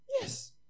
Yes